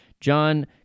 John